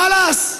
חלאס,